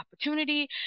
opportunity